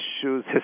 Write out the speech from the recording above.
issues